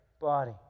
body